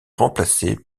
remplacée